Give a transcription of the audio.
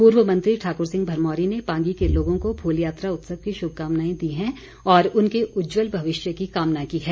पूर्व मंत्री ठाकुर सिंह भरमौरी ने पांगी के लोगों को फूल यात्रा उत्सव की शुभकामनाएं दी हैं और उनके उज्जवल भविष्य की कामना की है